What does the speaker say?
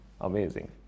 Amazing